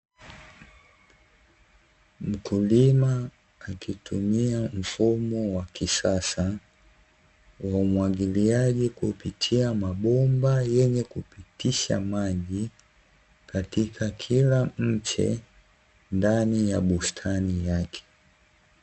Mkulima akitumia mfumo wa kisasa wa umwagiliaji kupitia mabomba yenye kupitisha maji, katika kila mche ndani ya bustani yake.